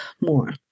more